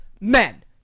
men